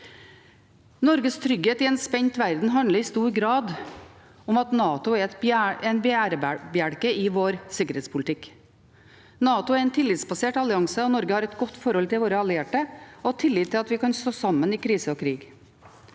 Norges trygghet i en spent verden handler i stor grad om at NATO er en bærebjelke i vår sikkerhetspolitikk. NATO er en tillitsbasert allianse, og Norge har et godt forhold til sine allierte og tillit til at vi kan stå sammen i krise og krig.